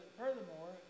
furthermore